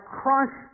crush